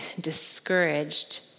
discouraged